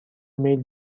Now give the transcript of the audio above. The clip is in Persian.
میل